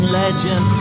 legend